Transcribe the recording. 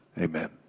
Amen